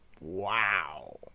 Wow